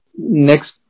next